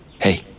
Hey